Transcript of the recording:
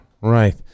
Right